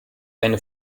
eine